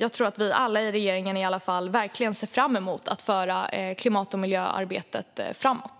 Jag tror i alla fall att vi alla i regeringen verkligen ser fram emot att föra klimat och miljöarbetet framåt.